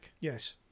yes